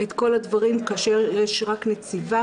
את כל הדברים כאשר יש רק נציבה,